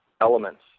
elements